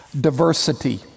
diversity